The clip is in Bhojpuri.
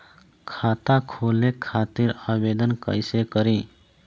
खाता खोले खातिर आवेदन कइसे करी?